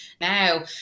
Now